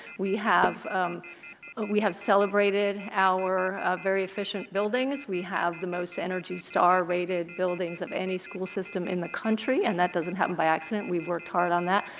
we have we have celebrated our very efficient buildings. we have the most energy star rated buildings of any school system in the country and that doesn't happen by accident. we have worked hard on that.